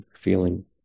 feeling